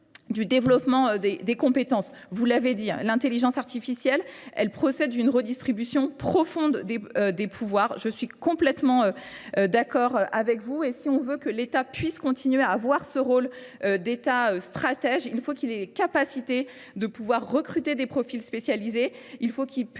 du développement des compétences. Vous l'avez dit, l'intelligence artificielle, elle procède d'une redistribution profonde des pouvoirs. Je suis complètement d'accord avec vous et si on veut que l'Etat puisse continuer à avoir ce rôle d'Etat stratège, il faut qu'il ait les capacités de pouvoir recruter des profils spécialisés, il faut qu'il puisse